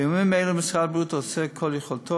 בימים אלו משרד הבריאות עושה ככל יכולתו